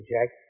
Jack